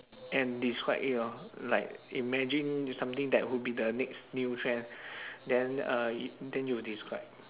and describe it lor like imagine y~ something that would be the next new trend then uh y~ then you describe